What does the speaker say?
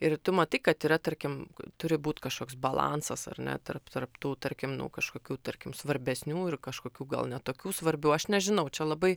ir tu matai kad yra tarkim turi būt kažkoks balansas ar ne tarp tarp tų tarkim nu kažkokių tarkim svarbesnių ir kažkokių gal ne tokių svarbių aš nežinau čia labai